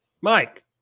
Mike